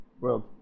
world